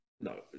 no